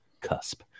cusp